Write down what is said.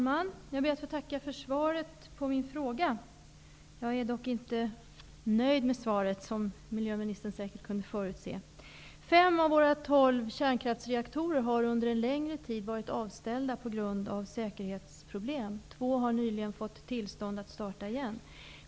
Fru talman! Jag ber att få tacka för svaret på min fråga. Jag är dock inte nöjd med svaret, vilket miljöministern säkert kunde förutse. Fem av landets tolv kärnkraftreaktorer har under en längre tid varit avstängda på grund av säkerhetsproblem. Två har nyligen beviljats tillstånd att få starta igen.